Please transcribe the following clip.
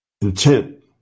intent